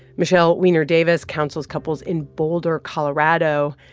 michele weiner-davis counsels couples in boulder, colo, ah but